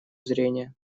зрения